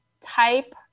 type